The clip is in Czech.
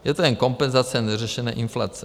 Je to jen kompenzace neřešené inflace.